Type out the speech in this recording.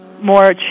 more